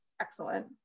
excellent